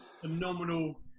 phenomenal